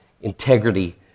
integrity